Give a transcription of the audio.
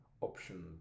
option